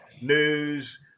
news